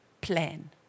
plan